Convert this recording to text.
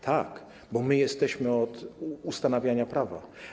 Tak, bo my jesteśmy od ustanawiania prawa.